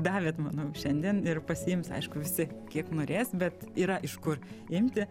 davėt manau šiandien ir pasiims aišku visi kiek norės bet yra iš kur imti